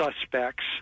suspects